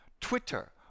Twitter